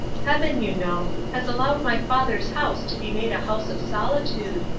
heaven, you know, has allowed my father's house to be made a house of solitude,